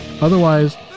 otherwise